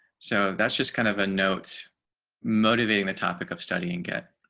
so that's just kind of a note motivating the topic of study and get